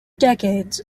decades